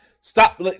Stop